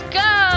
go